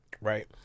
right